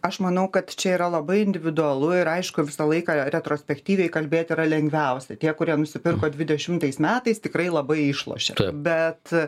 aš manau kad čia yra labai individualu ir aišku visą laiką retrospektyviai kalbėti yra lengviausia tie kurie nusipirko dvidešimtais metais tikrai labai išlošė bet